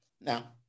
now